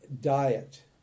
diet